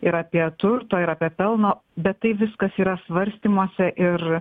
ir apie turto ir apie pelno bet tai viskas yra svarstymuose ir